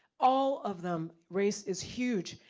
all of them, race is huge.